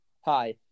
Hi